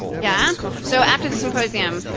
yeah, so after the symposium,